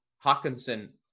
Hawkinson